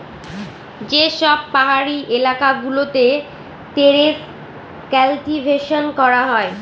যে সব পাহাড়ি এলাকা গুলোতে টেরেস কাল্টিভেশন করা হয়